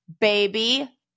baby